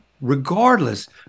regardless